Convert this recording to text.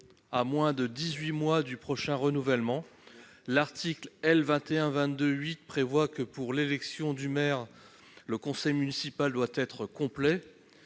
à moins de 18 mois du prochain renouvellement l'article L 21 22 8 prévoit que pour l'élection du maire, le conseil municipal doit être complet